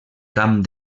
camp